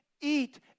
eat